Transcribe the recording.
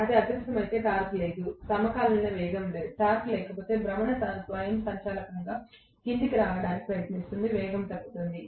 అది అదృశ్యమైతే టార్క్ లేదు టార్క్ లేకపోతే భ్రమణం స్వయంచాలకంగా క్రిందికి రావడానికి ప్రయత్నిస్తుంది వేగం తగ్గుతుంది